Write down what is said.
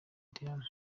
diane